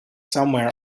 somewhere